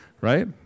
right